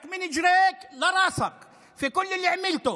אתה צריך להחליף את התקליט הזה.